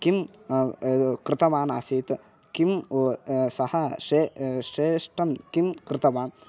किं कृतवान् आसीत् किं सः शे श्रेष्ठं किं कृतवान्